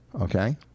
Okay